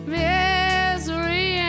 misery